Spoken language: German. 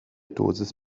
dosis